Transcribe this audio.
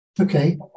Okay